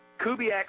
Kubiak